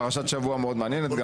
גם פרשת השבוע מאוד מעניינת,